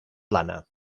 plana